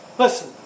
Listen